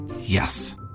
Yes